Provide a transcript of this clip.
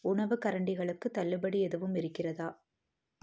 உணவு கரண்டிகளுக்கு தள்ளுபடி எதுவும் இருக்கிறதா